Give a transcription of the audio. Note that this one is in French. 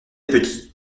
petit